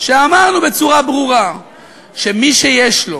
ואמרנו בצורה ברורה שמי שיש לו